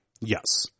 Yes